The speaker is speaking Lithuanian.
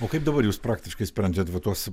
o kaip dabar jūs praktiškai sprendžiant va tuos